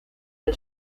del